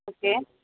okay